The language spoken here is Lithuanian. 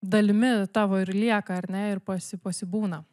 dalimi tavo ir lieka ar ne ir pasi pasibūna